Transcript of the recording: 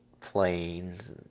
planes